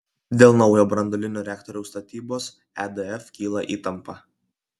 dėl naujo branduolinio reaktoriaus statybos edf kyla įtampa